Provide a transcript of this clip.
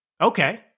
Okay